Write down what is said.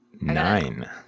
Nine